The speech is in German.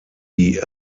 die